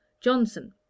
Johnson